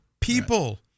people